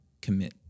commit